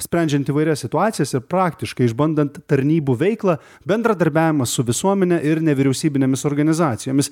sprendžiant įvairias situacijas ir praktiškai išbandant tarnybų veiklą bendradarbiavimą su visuomene ir nevyriausybinėmis organizacijomis